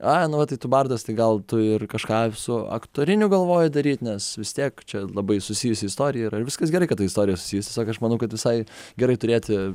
ai nu va tai tu bardas tai gal tu ir kažką su aktoriniu galvoji daryt nes vis tiek čia labai susijusi istorija yra ir viskas gerai kad ta istorija susijusi tiesiog aš manau kad visai gerai turėti